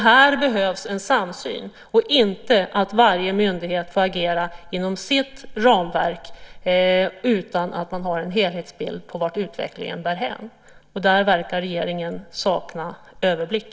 Här behövs en samsyn och inte att varje myndighet får agera inom sitt ramverk utan att man har en helhetsbild av vart utvecklingen bär hän. Där verkar regeringen sakna överblick.